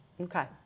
Okay